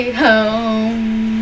home